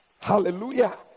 Hallelujah